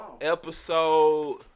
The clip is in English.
Episode